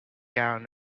gown